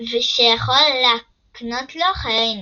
שיכול להקנות לו חיי נצח,